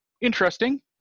interesting